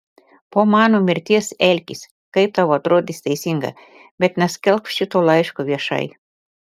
po mano mirties elkis kaip tau atrodys teisinga bet neskelbk šito laiško viešai